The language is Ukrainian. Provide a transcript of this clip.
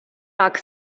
рак